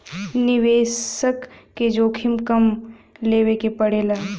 निवेसक के जोखिम कम लेवे के पड़ेला